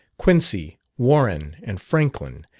quincy, warren, and franklin,